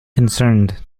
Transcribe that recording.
concerned